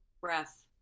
Breath